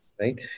right